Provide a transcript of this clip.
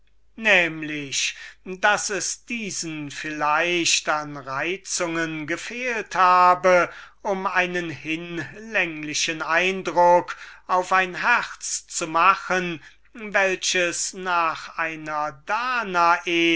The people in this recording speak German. daß es ihnen vielleicht an reizungen gefehlt habe um einen hinlänglichen eindruck auf ein herz zu machen welches nach einer danae